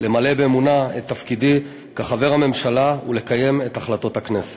למלא באמונה את תפקידי כחבר הממשלה ולקיים את החלטות הכנסת.